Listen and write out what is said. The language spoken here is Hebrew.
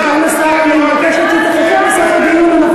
סגן השר, אני מבקש שתחכה לסוף הדיון.